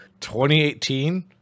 2018